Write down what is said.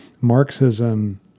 Marxism